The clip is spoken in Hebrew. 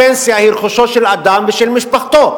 הפנסיה היא רכוש של אדם ושל משפחתו.